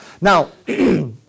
Now